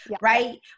right